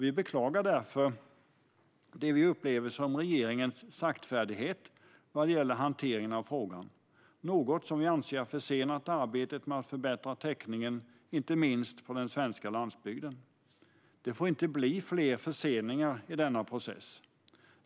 Vi beklagar därför det vi upplever som regeringens saktfärdighet vad gäller hanteringen av frågan, något som vi anser har försenat arbetet med att förbättra täckningen, inte minst på den svenska landsbygden. Det får inte bli fler förseningar i denna process.